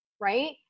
right